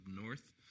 north